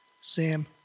Sam